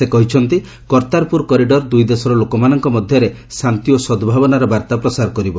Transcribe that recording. ସେ କହିଛନ୍ତି କର୍ତ୍ତାରପୁର କରିଡର ଦୁଇଦେଶର ଲୋକମାନଙ୍କ ମଧ୍ୟରେ ଶାନ୍ତି ଓ ସଦ୍ଭାବନାର ବାର୍ତ୍ତା ପ୍ରସାର କରିବ